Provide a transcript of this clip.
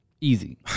Easy